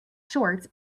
shorts